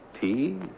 Tea